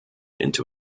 into